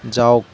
যাওক